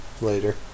later